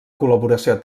col·laboració